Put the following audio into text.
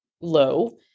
low